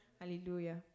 Hallelujah